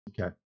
Okay